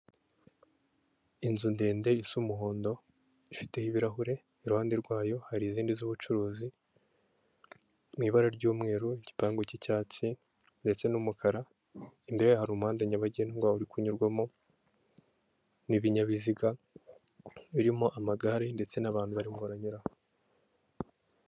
Inzu ndende isa umuhondo ifite ibirahure, iruhande rwayo hari izindi z'ubucuruzi, mu ibara ry'umweru, igipangu cy'icyatsi ndetse n'umukara, imbere yaho hari umuhanda nyabagendwa uri kunyurwamo n'ibinyabiziga, birimo amagare ndetse n'abantu barimo baranyuraho.